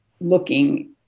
looking